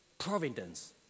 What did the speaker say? Providence